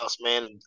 man